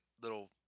little